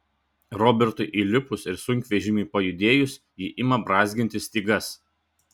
robertui įlipus ir sunkvežimiui pajudėjus ji ima brązginti stygas